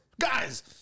Guys